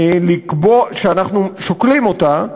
שאנחנו שוקלים אותה,